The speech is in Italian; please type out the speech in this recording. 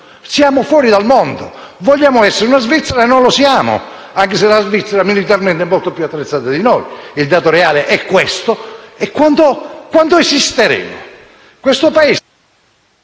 essere fuori dal mondo. Vogliamo essere una Svizzera e non lo siamo, anche se la Svizzera è militarmente molto più attrezzata di noi. Il dato reale è questo. Quanto resisteremo? Questo Paese